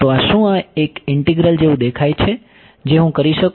તો શું આ એક ઇન્ટિગ્રલ જેવું દેખાય છે જે હું કરી શકું